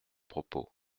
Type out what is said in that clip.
propos